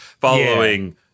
following